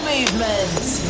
Movement's